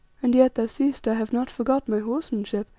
and yet thou seest i have not forgot my horsemanship,